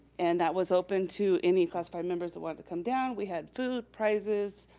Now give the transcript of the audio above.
and that was open to any classified members that wanted to come down, we had food, prizes,